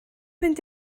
fynd